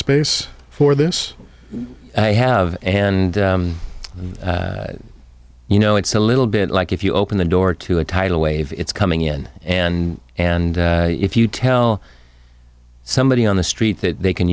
space for this i have and you know it's a little bit like if you open the door to a tidal wave it's coming in and and if you tell somebody on the street that they can